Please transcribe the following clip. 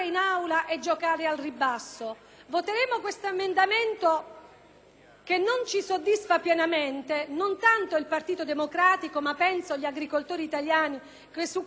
che non soddisfa pienamente, non tanto il Partito Democratico ma gli agricoltori italiani che su questo hanno manifestato nei giorni scorsi. Invito